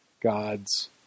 God's